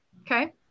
Okay